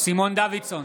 סימון דוידסון,